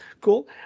Cool